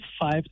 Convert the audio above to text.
five